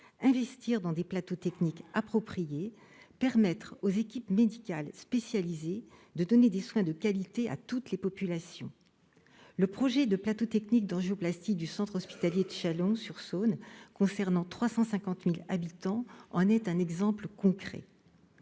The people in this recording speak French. investir dans des plateaux techniques appropriés et permettre aux équipes médicales spécialisées d'offrir des soins de qualité à toutes les populations. Le projet de plateau technique d'angioplastie du centre hospitalier de Chalon-sur-Saône, qui concerne 350 000 habitants, en est un exemple concret.